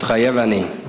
מתחייב אני.